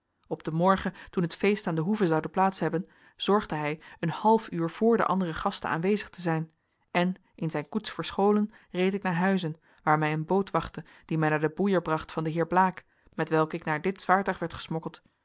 op den morgen toen het feest aan de hoeve zoude plaats hebben zorgde hij een half uur voor de andere gasten aanwezig te zijn en in zijn koets verscholen reed ik naar huizen waar mij een boot wachtte die mij naar den boeier bracht van den heer blaek met welken ik naar dit vaartuig werd gesmokkeld